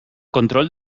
control